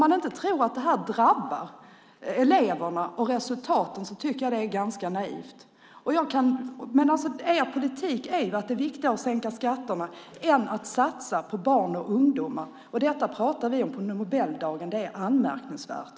Att inte tro att det här drabbar eleverna och resultaten är, tycker jag, ganska naivt. Er politik är att det är viktigare att sänka skatterna än att satsa på barn och ungdomar. Om det här pratar vi alltså på Nobeldagen. Detta är anmärkningsvärt.